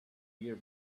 year